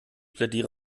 plädiere